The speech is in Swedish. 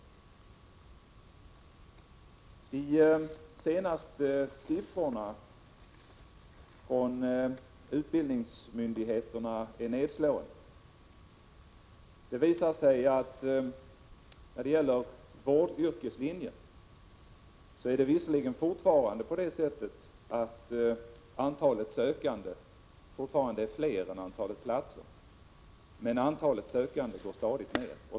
De senaste siffrorna från utbildningsmyndigheterna är nedslående. Det visar sig när det gäller vårdyrkeslinjen att antalet sökande visserligen fortfarande är större än antalet platser, men det minskar stadigt.